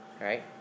Right